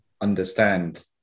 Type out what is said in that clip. understand